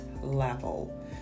level